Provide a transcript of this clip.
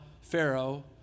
Pharaoh